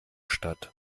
statt